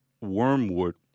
wormwood